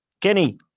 Kenny